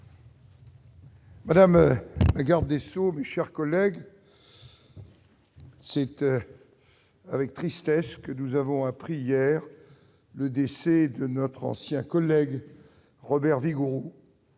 Madame la garde des sceaux, mes chers collègues, c'est avec tristesse que nous avons appris hier le décès de notre ancien collègue Robert-Paul Vigouroux,